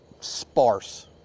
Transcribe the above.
sparse